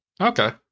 Okay